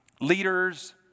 leaders